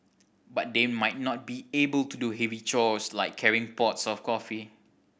but they might not be able to do heavy chores like carrying pots of coffee